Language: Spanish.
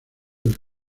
del